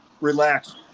relax